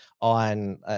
on